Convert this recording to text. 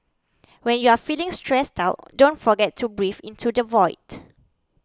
when you are feeling stressed out don't forget to breathe into the void